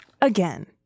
again